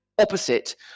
opposite